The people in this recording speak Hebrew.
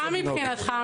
מבחינתך מה